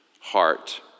heart